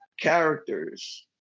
characters